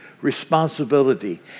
responsibility